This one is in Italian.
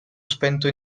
spento